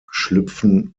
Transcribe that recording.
schlüpfen